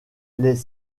les